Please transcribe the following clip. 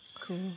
Cool